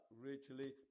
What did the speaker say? richly